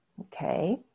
Okay